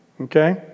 Okay